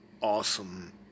awesome